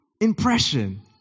impression